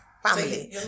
Family